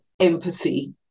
empathy